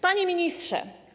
Panie Ministrze!